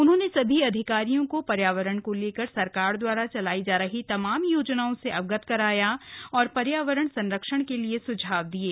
उन्होंने सभी अधिकारियों को पर्यावरण को लेकर सरकार द्वारा चलाई जा रही तमाम योजनाओं से अवगत कराया औऱ पर्यावरण संरक्षण के लिए सुझाव दिये